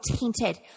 tainted